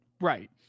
Right